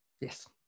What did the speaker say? Yes